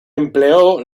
empleó